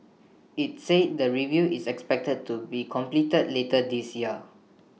IT said the review is expected to be completed later this year